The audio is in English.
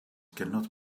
cannot